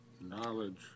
knowledge